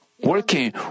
working